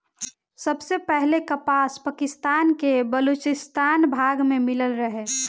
सबसे पहिले कपास पाकिस्तान के बलूचिस्तान भाग में मिलल रहे